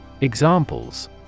examples